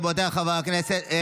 רבותיי חברי הכנסת,